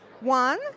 One